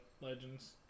Legends